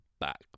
back